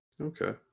Okay